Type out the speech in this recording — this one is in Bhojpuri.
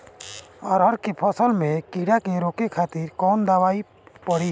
अरहर के फसल में कीड़ा के रोके खातिर कौन दवाई पड़ी?